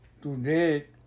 today